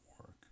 work